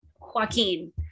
Joaquin